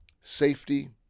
safety